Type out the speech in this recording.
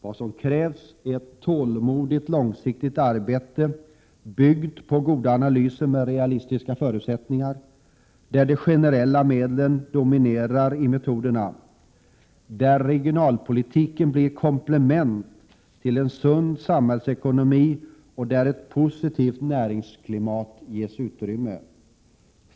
Vad som krävs är ett tålmodigt, långsiktigt arbete som bygger på goda analyser med realistiska förutsättningar och där de generella medlen dominerar när det gäller metoderna, där regionalpolitiken blir ett komplement till en sund samhällsekonomi och där ett positivt näringsklimat bereds utrymme.